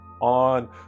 on